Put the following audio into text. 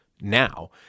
now